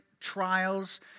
trials